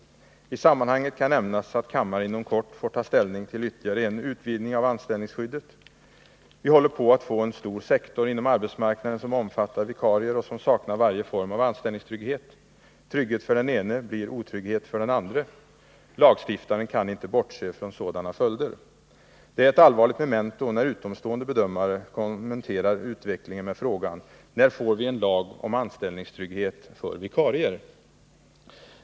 I sammanhanget kan nämnas att kammaren inom kort får ta ställning till ytterligare en utvidgning av anställningsskyddet. Vi håller på att få en stor sektor inom arbetsmarknaden som omfattar vikarier vilka saknar varje form av anställningstrygghet. Trygghet för den ene blir otrygghet för den andre. Lagstiftaren kan inte bortse från sådana följder! Det är ett allvarligt memento, när utomstående bedömare kommenterar utvecklingen med frågan: När får vi en lag om anställningstrygghet för vikarier?